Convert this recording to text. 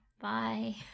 bye